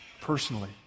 personally